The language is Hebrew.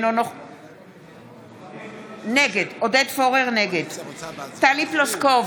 נגד טלי פלוסקוב,